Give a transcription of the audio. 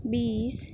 بیس